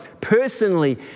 personally